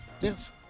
Yes